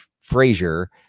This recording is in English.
Frazier